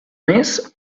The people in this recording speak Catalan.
més